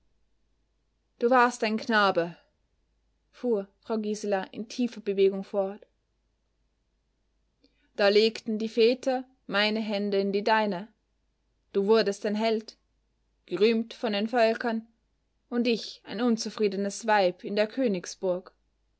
du warst ein knabe fuhr frau gisela in tiefer bewegung fort da legten die väter meine hand in die deine du wurdest ein held gerühmt von den völkern und ich ein unzufriedenes weib in der